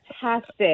fantastic